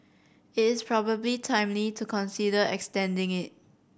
it is probably timely to consider extending it